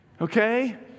Okay